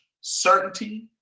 certainty